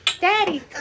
daddy